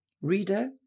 Reader